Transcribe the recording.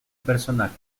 personaje